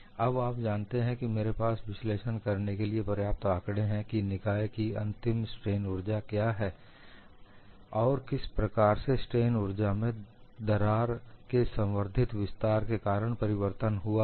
अब आप जानते हैं मेरे पास विश्लेषण करने के लिए पर्याप्त आंकड़े हैं कि निकाय की अंतिम स्ट्रेन ऊर्जा क्या है और किस प्रकार से स्ट्रेन ऊर्जा में दरार के संवर्धित विस्तार के कारण परिवर्तन हुआ है